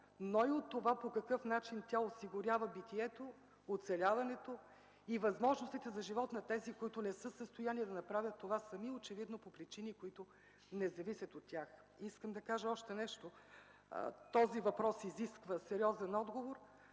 но и от това по какъв начин тя осигурява битието, оцеляването и възможностите за живот на тези, които не са в състояние да направят това сами, очевидно по причини, които не зависят от тях. Искам да кажа още нещо. Този въпрос изисква сериозен отговор,